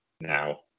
now